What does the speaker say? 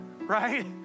right